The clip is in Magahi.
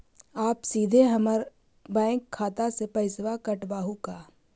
आप सीधे हमर बैंक खाता से पैसवा काटवहु का?